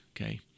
okay